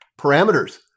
parameters